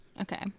Okay